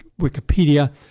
Wikipedia